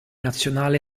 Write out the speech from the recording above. nazionale